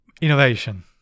innovation